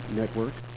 network